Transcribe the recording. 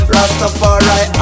Rastafari